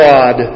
God